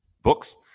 books